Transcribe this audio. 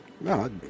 No